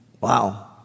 Wow